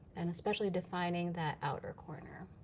and especially defining that outer corner.